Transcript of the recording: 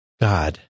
God